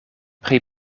pri